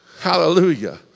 Hallelujah